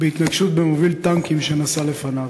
בהתנגשות במוביל טנקים שנסע לפניו,